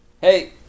Hey